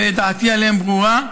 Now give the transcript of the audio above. ודעתי עליהם ברורה,